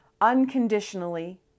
unconditionally